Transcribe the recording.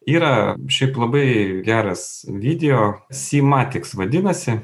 yra šiaip labai geras video simatiks vadinasi